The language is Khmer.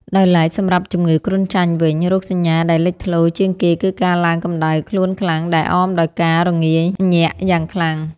ដោយឡែក សម្រាប់ជំងឺគ្រុនចាញ់វិញ រោគសញ្ញាដែលលេចធ្លោជាងគេគឺការឡើងកម្ដៅខ្លួនខ្លាំងដែលអមដោយការរងាញាក់យ៉ាងខ្លាំង។